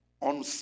on